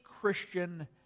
Christian